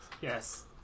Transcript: Yes